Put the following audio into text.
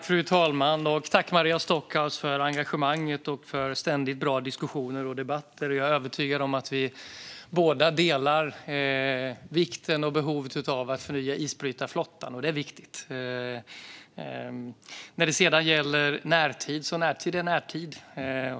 Fru talman! Jag tackar Maria Stockhaus för engagemanget och för ständigt bra diskussioner och debatter. Jag är övertygad om att Maria Stockhaus och jag är överens om vikten och behovet av att förnya isbrytarflottan. Detta är viktigt. Närtid är närtid.